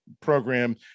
program